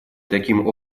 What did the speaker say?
таким